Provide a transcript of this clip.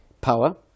power